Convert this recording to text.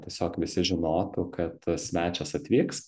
tiesiog visi žinotų kad svečias atvyks